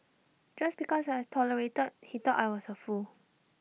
just because I tolerated he thought I was A fool